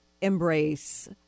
embrace